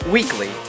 Weekly